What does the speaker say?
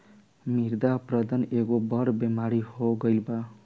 मृदा अपरदन एगो बड़ बेमारी हो गईल बा